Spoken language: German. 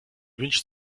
wünscht